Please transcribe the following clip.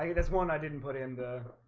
yeah that's one i didn't put in the